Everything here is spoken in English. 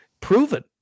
proven